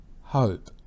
hope